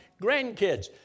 grandkids